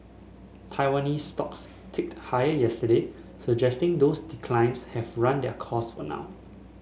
Taiwanese stocks ticked higher yesterday suggesting those declines have run their course for now